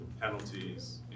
penalties